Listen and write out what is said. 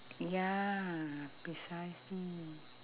ya precisely